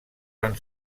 van